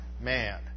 man